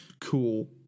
cool